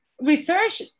research